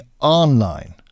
online